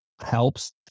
helps